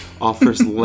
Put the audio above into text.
offers